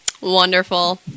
Wonderful